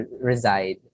reside